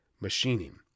Machining